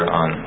on